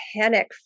panic